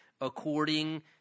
according